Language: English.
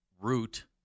root